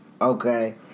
Okay